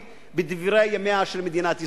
בדברי ימיה של מדינת ישראל.